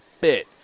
bit